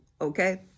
okay